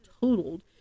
totaled